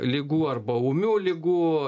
ligų arba ūmių ligų